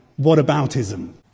whataboutism